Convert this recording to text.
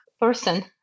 person